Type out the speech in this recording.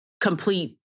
complete